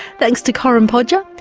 thanks to corinne podger.